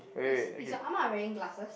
is is your ah ma wearing glasses